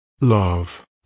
Love